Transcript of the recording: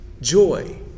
joy